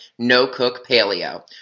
NoCookPaleo